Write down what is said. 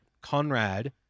Conrad